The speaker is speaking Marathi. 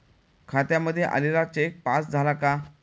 खात्यामध्ये आलेला चेक पास झाला का?